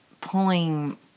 pulling